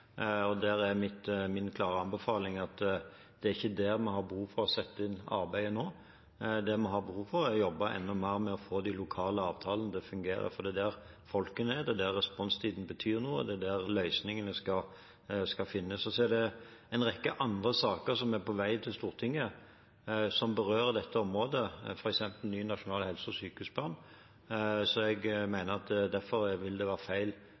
og bestemmer. Sånn er det. Men jeg har også behov for å gi Stortinget en tilbakemelding om min vurdering av de forslagene som diskuteres i saken, før voteringen. Det er min klare anbefaling at det ikke er der vi har behov for å sette inn arbeidet nå. Det vi har behov for, er å jobbe enda mer med å få de lokale avtalene til å fungere, for det er der folkene er, det er der responstiden betyr noe, og det er der løsningene skal finnes. Det er en rekke andre saker som er på vei til Stortinget, og som